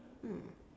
mm